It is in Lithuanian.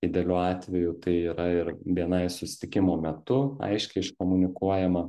idealiu atveju tai yra ir bni susitikimo metu aiškiai iškomunikuojama